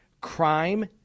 crime